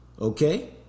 Okay